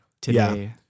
today